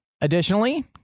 Additionally